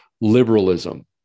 liberalism